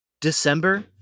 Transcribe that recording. December